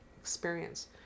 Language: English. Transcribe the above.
experience